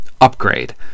upgrade